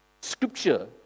scripture